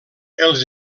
els